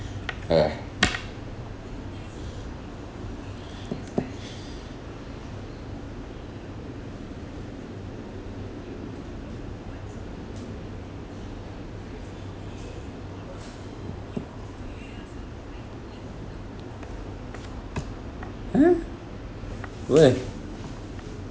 ya !huh! where